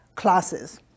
classes